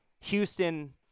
Houston